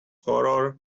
horror